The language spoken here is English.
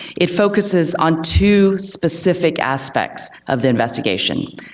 it focuses on two specific aspects of the investigation.